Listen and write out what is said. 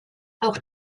auch